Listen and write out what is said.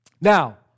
Now